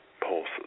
pulses